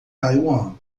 taiwan